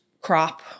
crop